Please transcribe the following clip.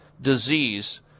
disease